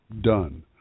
done